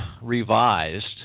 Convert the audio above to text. revised